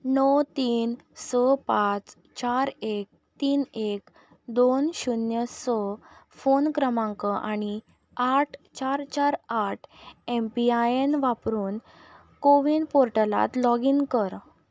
णव तीन स पांच चार एक तीन एक दोन शुन्य स फोन क्रमांक आनी आठ चार चार आठ एमपीआयएन वापरून कोवीन पोर्टलांत लॉगीन कर